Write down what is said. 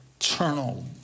eternal